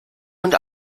und